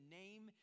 name